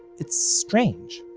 it's strange.